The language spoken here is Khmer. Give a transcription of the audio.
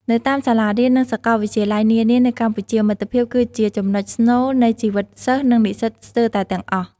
នៅតាមសាលារៀននិងសាកលវិទ្យាល័យនានានៅកម្ពុជា មិត្តភាពគឺជាចំណុចស្នូលនៃជីវិតសិស្សនិងនិស្សិតស្ទើរតែទាំងអស់។